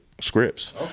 scripts